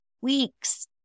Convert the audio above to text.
weeks